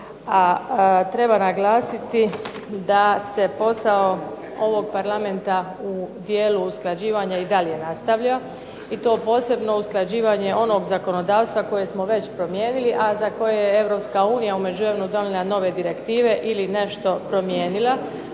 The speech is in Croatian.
treba naglasiti da se posao ovog parlamenta u dijelu usklađivanja i dalje nastavlja i to usklađivanje onog zakonodavstva koje smo već promijenili a za koje je Europska unija u međuvremenu donijela nove direktive ili je nešto promijenila